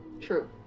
true